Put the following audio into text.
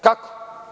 Kako?